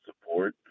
support